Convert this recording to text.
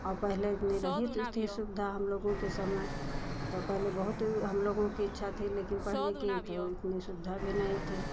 और पहले नहीं थी इतनी सुविधा हम लोगों के समय तो पहले बहुत हम लोगों की इच्छा थी लेकिन पढ़ने की तो इतनी सुविधा भी नहीं थी